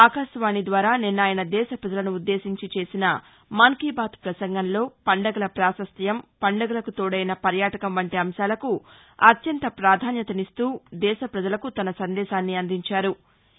ఆకాశవాణి ద్వారా నిన్న ఆయన దేశ పజలను ఉద్దేశించి చేసిన మన్ కీ బాత్ పసంగంలో పండుగల పాశస్త్యం పండుగలకు తోడైన పర్యాటకం వంటి అంశాలకు అత్యంత ప్రాధాన్యతనిస్తూ దేశ ప్రజలకు తన సందేశాన్ని అందించారు